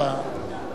רבותי,